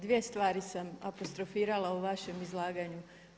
Dvije stvari sam apostrofirala u vašem izlaganju.